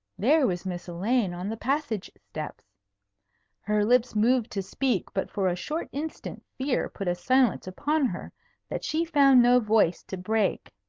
there was miss elaine on the passage-steps. her lips moved to speak, but for a short instant fear put a silence upon her that she found no voice to break.